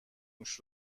موش